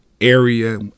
area